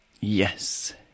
Yes